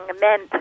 meant